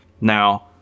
Now